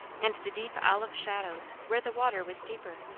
and the deep olive shadows where the water was deeper?